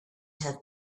have